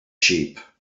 sheep